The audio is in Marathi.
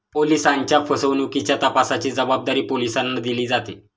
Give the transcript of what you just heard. ओलिसांच्या फसवणुकीच्या तपासाची जबाबदारी पोलिसांना दिली जाते